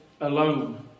alone